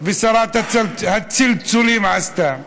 ושרת הצלצולים עשו.